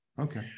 Okay